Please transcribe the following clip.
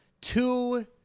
two